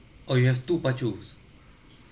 oh you have two pacus